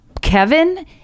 Kevin